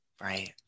right